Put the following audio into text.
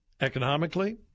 economically